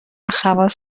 خواص